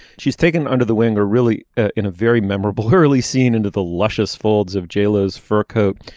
she's taken under the wing are really in a very memorable early scene into the luscious folds of jailers fur coat.